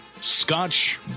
Scotch